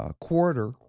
quarter